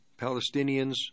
Palestinians